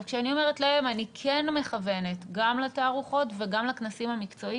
כשאני אומרת להם אני כן מכוונת גם לתערוכות וגם לכנסים המקצועיים.